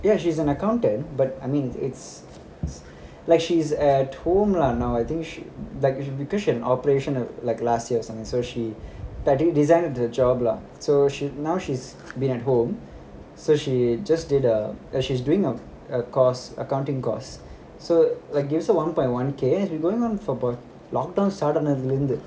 ya she's an accountant but I mean it's like she's at home lah now I think she lik~ because she had an operation like last year or something so she resigned her job lah so she now she's been at home so she just did a uh she's doing a a course accounting course so like gives her one point one K it's been going on for about lockdown start ஆனதுல இருந்து:anathula irunthu